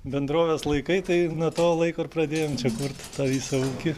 bendrovės laikai tai nuo to laiko ir pradėjom čia kurt tą visą ūkį